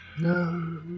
No